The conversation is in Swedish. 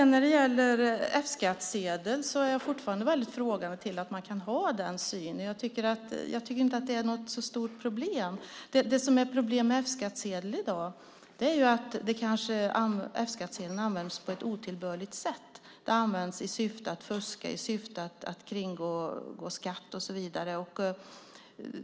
När det gäller frågan om F-skattsedel är jag fortfarande väldigt frågande till att man kan ha den synen. Jag tycker inte att det är något stort problem. Det som är problem med F-skattsedel i dag är att den används på ett otillbörligt sätt. Den används i syfte att fuska och kringgå skatt, och så vidare.